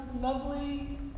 lovely